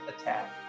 attack